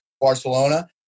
Barcelona